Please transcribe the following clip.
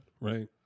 Right